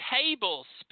tablespoon